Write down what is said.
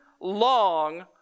long